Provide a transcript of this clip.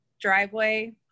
Driveway